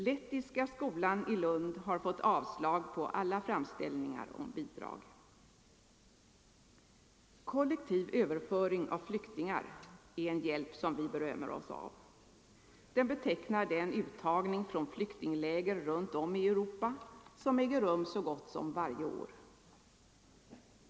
Lettiska skolan i Lund har fått avslag på alla framställningar om bidrag. Nr 116 Kollektiv överföring av flyktingar är en hjälp som vi berömmer oss 2hövember 1974 som äger rum så gott som varje år.